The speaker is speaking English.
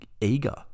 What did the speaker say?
eager